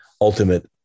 ultimate